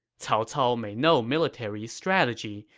cao cao may know military strategy,